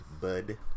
bud